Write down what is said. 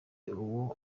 uwe